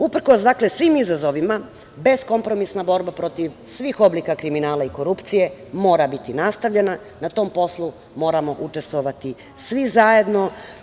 Uprkos svim izazovim, beskompromisna borba protiv svih oblika kriminala i korupcije, mora biti nastavljena i na tom poslu moramo učestvovati svi zajedno.